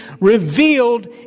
revealed